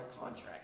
contract